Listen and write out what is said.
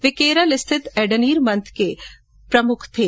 वे केरल स्थित एडनीर मठ के प्रमुख थे